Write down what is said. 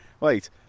Wait